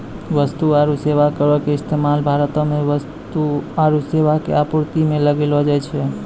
वस्तु आरु सेबा करो के इस्तेमाल भारतो मे वस्तु आरु सेबा के आपूर्ति पे लगैलो जाय छै